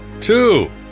Two